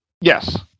yes